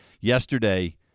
Yesterday